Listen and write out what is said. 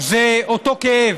זה אותו כאב.